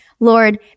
Lord